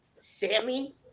Sammy